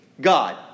God